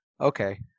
Okay